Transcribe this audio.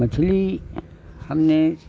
मछली हमने